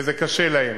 וזה קשה להם.